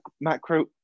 macro